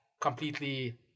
completely